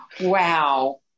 Wow